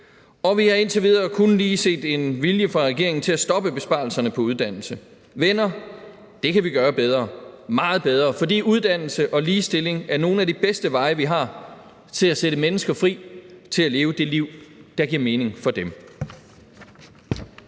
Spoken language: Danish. og vi har indtil videre kun lige set en vilje hos regeringen til at stoppe besparelserne på uddannelse. Venner, det kan vi gøre bedre – meget bedre. For uddannelse og ligestilling er nogle af de bedste veje, vi har, til at sætte mennesker fri til at leve det liv, der giver mening for dem.